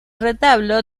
retablo